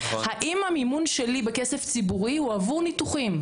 האם המימון שלי בכסף ציבורי הוא עבור ניתוחים?